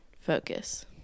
focus